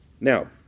now